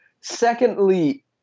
secondly